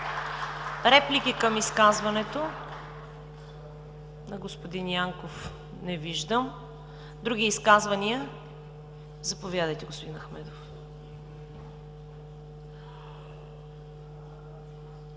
Реплики към изказването на господин Янков? Не виждам. Други изказвания? Заповядайте, господин Ахмедов.